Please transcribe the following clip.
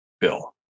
Bill